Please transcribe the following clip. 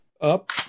up